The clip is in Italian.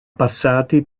passati